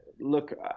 look